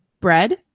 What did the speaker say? Bread